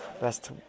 best